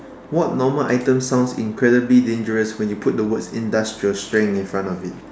what normal items sounds incredibly dangerous when you put the words industrial strength in front of it